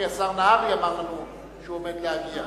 כי השר נהרי אמר לנו שהוא עומד להגיע.